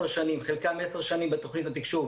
חלקם עשר שנים בתוכנית התקשוב,